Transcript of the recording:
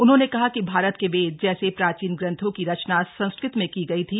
उन्होंने कहा कि भारत के वेद जैसे प्राचीन ग्रंथों की रचना संस्कृत में की गई थी